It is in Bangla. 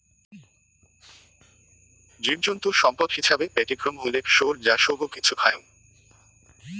জীবজন্তু সম্পদ হিছাবে ব্যতিক্রম হইলেক শুয়োর যা সৌগ কিছু খায়ং